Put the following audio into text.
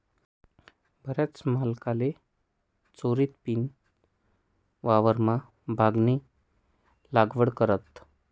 बराच जागल्या मालकले चोरीदपीन वावरमा भांगनी लागवड करतस